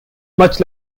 much